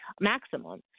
maximum